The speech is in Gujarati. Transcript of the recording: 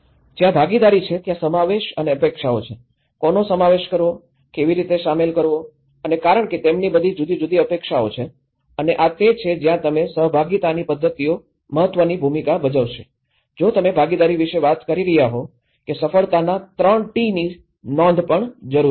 જ્યાં ભાગીદારી છે ત્યાં સમાવેશ અને અપેક્ષાઓ છે કોનો સમાવેશ કરવો કેવી રીતે શામેલ કરવો અને કારણ કે તેમની બધી જુદી જુદી અપેક્ષાઓ છે અને આ તે છે જ્યાં તમે સહભાગિતાની પદ્ધતિઓ મહત્વની ભૂમિકા ભજવશો જો તમે ભાગીદારી વિશે વાત કરી રહ્યા હોવ કે સફળતા ના 3 ટી ની નોંધ પણ જરૂરી છે